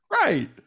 Right